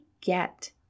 get